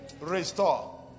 Restore